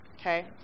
okay